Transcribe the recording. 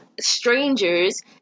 strangers